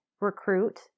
recruit